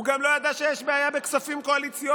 הוא גם לא ידע שיש בעיה בכספים קואליציוניים,